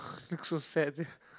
looks so sad sia